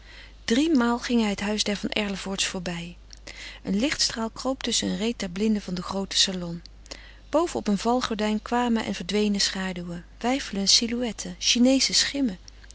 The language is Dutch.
driemaal ging hij het huis der van erlevoorts voorbij een lichtstraal kroop tusschen een reet der blinden van den grooten salon boven op een valgordijn kwamen en verdwenen schaduwen weifelende silhouetten chineesche schimmen